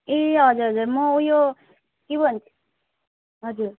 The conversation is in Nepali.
ए हजुर हजुर म उयो के भन् हजुर